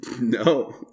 No